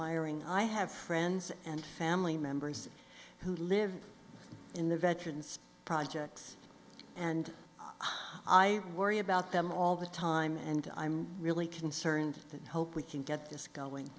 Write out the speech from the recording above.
hiring i have friends and family members who live in the veterans projects and i worry about them all the time and i'm really concerned and hope we can get this going